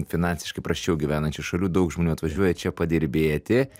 finansiškai prasčiau gyvenančių šalių daug žmonių atvažiuoja čia padirbėti